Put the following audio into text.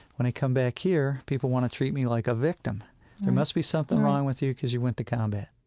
when i come back here, people want to treat me like a victim there must be something wrong with you, because you went to combat